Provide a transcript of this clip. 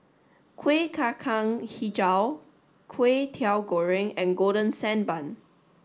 Kuih Kacang Hijau Kway Teow Goreng and golden sand bun